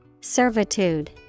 Servitude